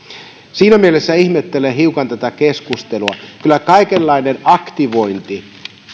siinä mielessä ihmettelen hiukan tätä keskustelua kyllä kaikenlainen aktivointi